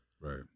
Right